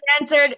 answered